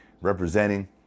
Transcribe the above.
representing